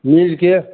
milk cake